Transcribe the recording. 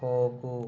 ಹೋಗು